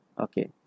okay